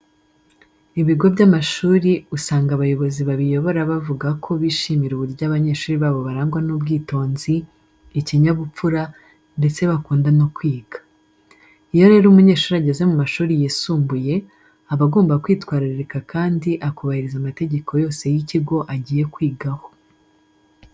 Ibigo by'amashuri usanga abayobozi babiyobora bavuga ko bishimira uburyo abanyeshuri babo barangwa n'ubwitonzi, ikinyabupfura ndetse bakunda no kwiga. Iyo rero umunyeshuri ageze mu mashuri yisumbuye, aba agomba kwitwararika kandi akubahiriza amategeko yose y'ikigo agiye kwigaho.